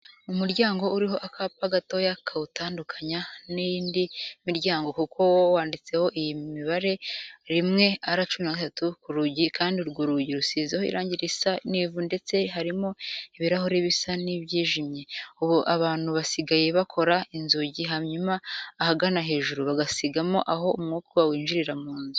Umuryango uriho akapa gatoya kawutandukanya n'indi miryango kuko wo wanditseho iyi mibare ''1R13'' ku rugi kandi urwo rugi rusizeho irange risa n'ivu ndetse harimo ibirahure bisa n'ibyijimye. Ubu abantu basigaye bakora inzugi hanyuma ahagana hejuru bagasigamo aho umwuka winjirira mu nzu.